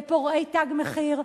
לפורעי "תג מחיר",